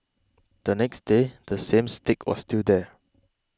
the next day the same stick was still there